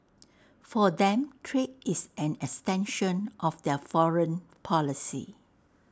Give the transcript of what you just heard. for them trade is an extension of their foreign policy